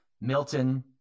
Milton